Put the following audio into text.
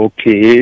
Okay